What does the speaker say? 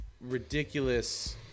ridiculous